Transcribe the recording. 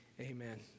Amen